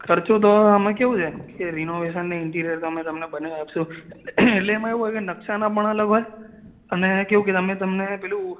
ખર્ચો તો હવે આમાં કેવું છે કે રિનોવેશન ને ઇન્ટીરીયર તો અમે તમને બનાવી આપીશું એટલે એમાં એવું હોય કે નકશાનાં પણ અલગ હોય અને કેવું કે અમે તમને પેલું